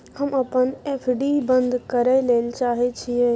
हम अपन एफ.डी बंद करय ले चाहय छियै